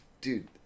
Dude